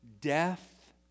death